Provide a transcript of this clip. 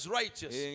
righteous